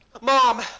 mom